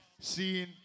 Seeing